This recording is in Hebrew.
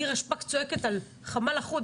נירה שפק צועקת על חמ"ל אחוד.